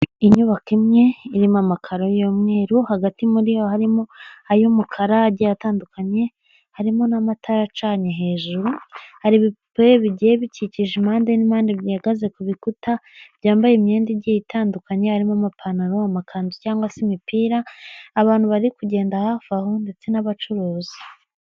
Inyubako imwe irimo amakaro y'umweru hagati muri yo harimo ay'umukarage atandukanye, harimo n'amata yacanye, hejuru hari ibipupe bigiye bikikije impande n'impande bihagaze ku bikuta byambaye imyenda igiye itandukanye harimo amapantaro, amakanzu cyangwa se imipira abantu bari kugenda hafi aho ndetse n'abacuruzi.